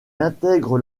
intègre